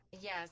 yes